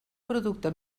producte